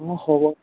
ହଉ ଆଉ